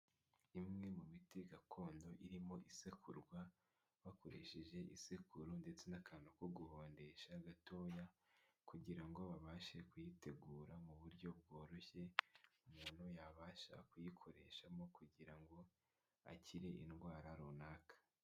Imwe mu miti gakondo irimo isekurwa bakoresheje isekuru ndetse n'akantu ko guhondesha gatoya kugira ngo babashe kuyitegura mu buryo bworoshye, umuntu yabasha kuyikoreshamo kugira ngo akire indwara runaka.